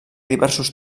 diversos